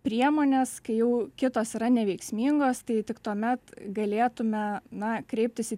priemonės kai jau kitos yra neveiksmingos tai tik tuomet galėtume na kreiptis į